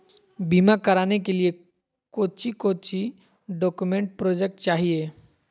बीमा कराने के लिए कोच्चि कोच्चि डॉक्यूमेंट प्रोजेक्ट चाहिए?